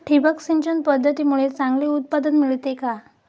ठिबक सिंचन पद्धतीमुळे चांगले उत्पादन मिळते का?